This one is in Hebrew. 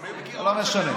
הן ייכנסו לגירעון.